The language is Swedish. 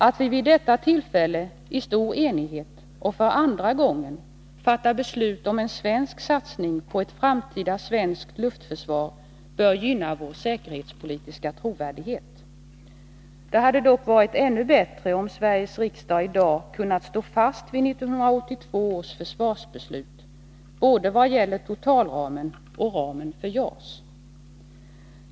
Att vi vid detta tillfälle i stor enighet och för andra gången fattar beslut om en svensk satsning på ett framtida svenskt luftförsvar bör gynna vår säkerhetspolitiska trovärdighet. Det hade dock varit ännu bättre om Sveriges riksdag i dag kunnat stå fast vid 1982 års försvarsbeslut, både i vad gäller totalramen och i fråga om ramen för JAS.